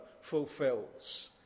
fulfills